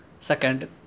second